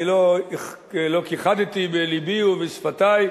אני לא כיחדתי בלבי ובשפתי,